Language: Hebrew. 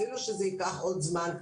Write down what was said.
אפילו שזה ייקח עוד זמן,